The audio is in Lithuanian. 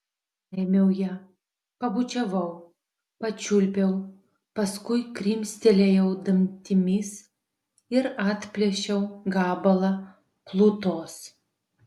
paėmiau ją pabučiavau pačiulpiau paskui krimstelėjau dantimis ir atplėšiau gabalą plutos